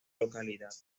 localidad